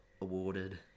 awarded